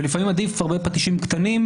ולפעמים עדיף הרבה פטישים קטנים,